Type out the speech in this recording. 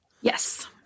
Yes